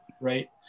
Right